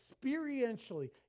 experientially